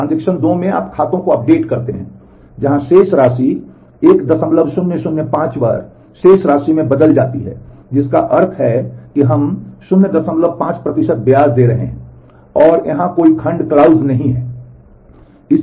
transaction 2 में आप खातों को अपडेट करते हैं जहां शेष राशि 1005 बार शेष राशि में बदल जाती है जिसका अर्थ है कि हम 05 प्रतिशत ब्याज दे रहे हैं और यहां कोई खंड नहीं है